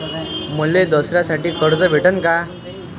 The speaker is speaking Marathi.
मले दसऱ्यासाठी कर्ज भेटन का?